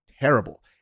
terrible